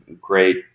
great